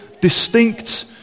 distinct